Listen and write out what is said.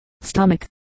stomach